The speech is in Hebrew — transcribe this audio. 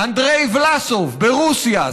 אנדרי ולאסוב ברוסיה,